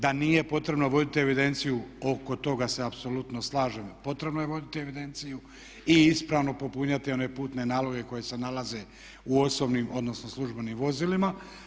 Da nije potrebno voditi evidenciju oko toga se apsolutno slažem potrebno je voditi evidenciju i ispravno popunjavati one putne naloge koji se nalaze u osobnim odnosno službenim vozilima.